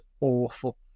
awful